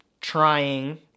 trying